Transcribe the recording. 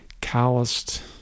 calloused